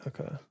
Okay